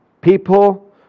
People